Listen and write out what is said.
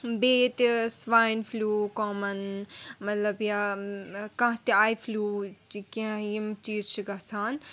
بیٚیہِ ییٚتہِ swine flu common مطلب یا کانٛہہ تہِ آی فٕلوٗ چھِ کیٚنٛہہ یِم چیٖز چھِ گَژھان